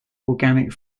organic